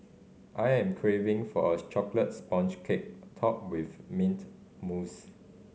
I am craving for a chocolate sponge cake topped with mint mousse